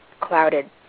clouded